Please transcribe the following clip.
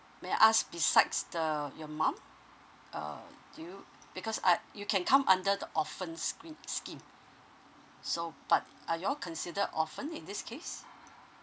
may I ask besides the your mom uh do you because I you can come under the orphans scheme so but are you all considered orphans in this case